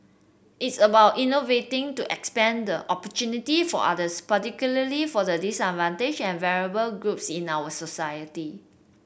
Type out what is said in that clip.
it's about innovating to expand the opportunity for others particularly for the disadvantaged and vulnerable groups in our society